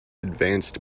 advanced